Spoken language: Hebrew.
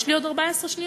יש לי עוד 14 שניות.